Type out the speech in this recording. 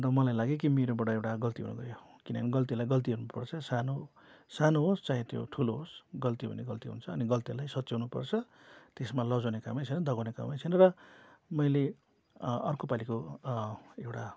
अन्त मलाई लाग्यो कि मेरोबाट एउटा गल्ती भयो किनभने गल्तीहरूलाई गल्ती हेर्नुपर्छ सानो सानो होस् चाहे त्यो ठुलो होस् गल्ती हो भने गल्ती हुन्छ अनि गल्तीहरूलाई सच्याउनुपर्छ त्यसमा लजाउने कामै छैन दबाउने कामै छैन र मैले अर्को पालिको एउटा